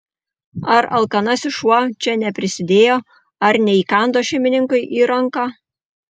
ar alkanasis šuo čia neprisidėjo ar neįkando šeimininkui į ranką